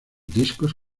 discos